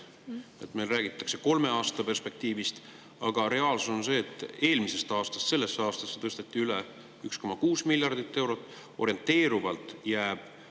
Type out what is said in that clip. Meil räägitakse kolme aasta perspektiivist, aga reaalsus on see, et eelmisest aastast sellesse aastasse tõsteti üle 1,6 miljardit eurot.